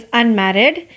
unmarried